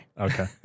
Okay